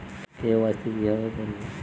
KYC কিভাবে করব?